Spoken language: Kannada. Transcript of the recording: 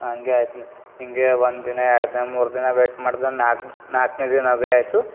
ಹಂಗೇ ಐತ್ನ್ ಹಿಂಗೇ ಒಂದಿನ ಎರಡು ದಿನ ಮೂರು ದಿನ ವೆಯ್ಟ್ ಮಾಡ್ದೆ ನಾಲ್ಕು ನಾಲ್ಕು ದಿನ ಬಿ ಆಯಿತು